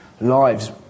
lives